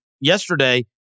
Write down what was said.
yesterday